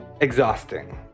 exhausting